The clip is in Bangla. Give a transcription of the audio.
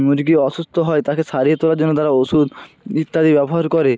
মুরগি অসুস্থ হয় তাকে সারিয়ে তোলার জন্য তারা ওষুধ ইত্যাদি ব্যবহার করে